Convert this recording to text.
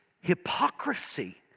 hypocrisy